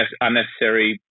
unnecessary